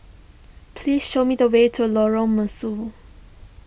please show me the way to Lorong Mesu